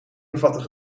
bevatten